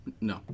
No